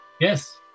Yes